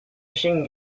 machine